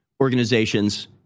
organizations